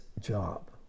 job